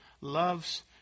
loves